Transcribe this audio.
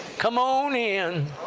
come on in!